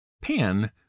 Pan